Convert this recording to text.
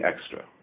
extra